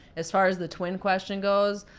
as far as the twin question goes,